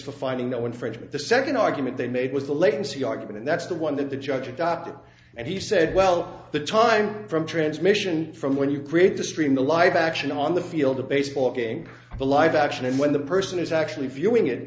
for finding no infringement the second argument they made was the latency argument and that's the one that the judge adopted and he said well the time from transmission from when you create the stream the live action on the field the baseball game the live action and when the person is actually viewing it